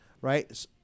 right